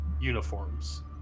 uniforms